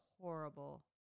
horrible